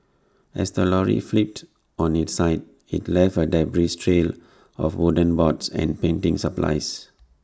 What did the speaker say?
as the lorry flipped on its side IT left A debris trail of wooden boards and painting supplies